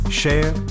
share